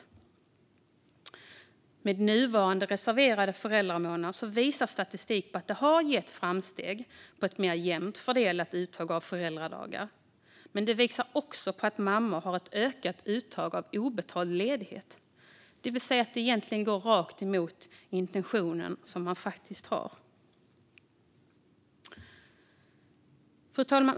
Statistik visar att nuvarande reserverade föräldramånader har gett framsteg i form av ett mer jämnt fördelat uttag av föräldradagar men också att mammor har ett ökat uttag av obetald ledighet. Det går alltså rakt emot den intention man har. Fru talman!